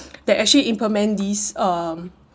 that actually implement these um